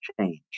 change